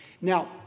Now